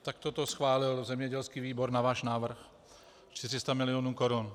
Takto to schválil zemědělský výbor na váš návrh 400 milionů korun.